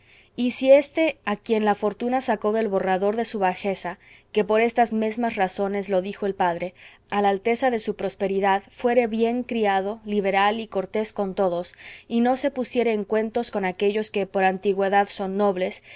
y si éste a quien la fortuna sacó del borrador de su bajeza que por estas mesmas razones lo dijo el padre a la alteza de su prosperidad fuere bien criado liberal y cortés con todos y no se pusiere en cuentos con aquellos que por antigüedad son nobles